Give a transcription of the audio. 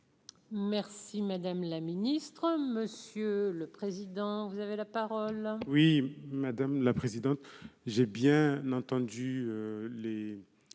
Merci madame la ministre, monsieur le président, vous avez la parole. Oui, madame la présidente j'ai bien entendu les